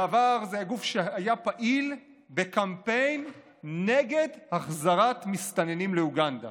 בעבר זה היה גוף שהיה פעיל בקמפיין נגד החזרת מסתננים לאוגנדה,